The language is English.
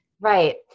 Right